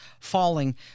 falling